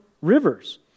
rivers